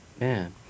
man